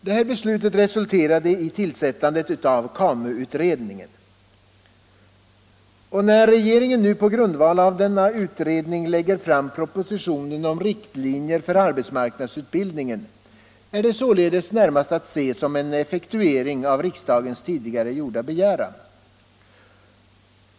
Detta beslut resulterade i tillsättandet av KAMU. När regeringen nu på grundval av det utredningsarbetet lägger fram propositionen om riktlinjer för arbetsmarknadsutbildningen är det således närmast att se som en effektuering av riksdagens tidigare gjorda begäran.